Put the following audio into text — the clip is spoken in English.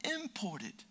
imported